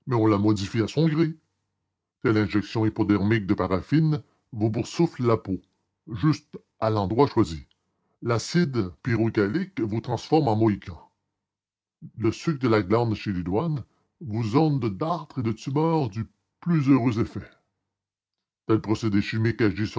on la modifie à son gré telle injection hypodermique de paraffine vous boursoufle la peau juste à l'endroit choisi l'acide pyrogallique vous transforme en mohican le suc de la grande chélidoine vous orne de dartres et de tumeurs du plus heureux effet tel procédé chimique agit